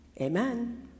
Amen